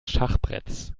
schachbretts